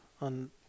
on